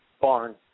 barn